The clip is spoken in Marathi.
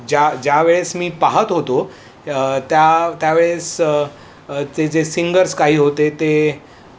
ज्या ज्या वेळेस मी पाहत होतो त्या त्यावेळेस ते जे सिंगर्स काही होते ते